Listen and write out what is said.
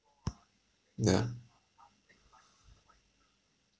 mm ya